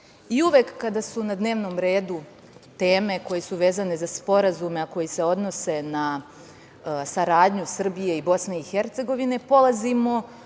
kada su na dnevnom redu teme koje su vezane za sporazume a koji se odnose na saradnju Srbije i BiH polazimo